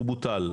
הוא בוטל?